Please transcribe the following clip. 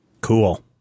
Cool